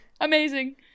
Amazing